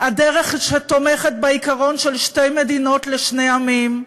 הדרך שתומכת בעיקרון של שתי מדינות לשני עמים,